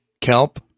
Kelp